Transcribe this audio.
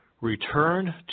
return